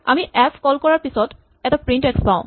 আমি এফ কল কৰাৰ পিছত এটা প্ৰিন্ট এক্স পাওঁ